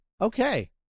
Okay